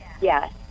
yes